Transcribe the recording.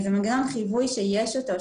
מנגנון חיווי שיש אותו,